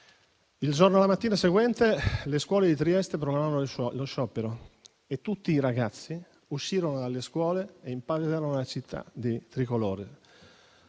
novembre. La mattina seguente le scuole di Trieste proclamarono lo sciopero e tutti i ragazzi uscirono dalle scuole e riempirono la città di bandiere